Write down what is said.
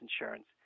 insurance